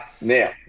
now